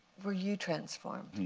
were you transformed?